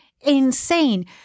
insane